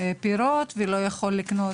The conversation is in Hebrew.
לא פירות ולא בשר.